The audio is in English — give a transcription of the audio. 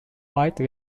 wide